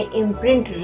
imprint